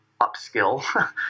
upskill